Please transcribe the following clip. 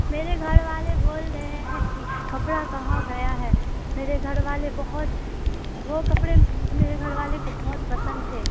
میرے گھر والے بول رہے ہیں کہ کپڑا کہاں گیا ہے میرے گھر والے بہت وہ کپڑے میرے گھر والے کو بہت پسند تھے